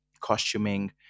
costuming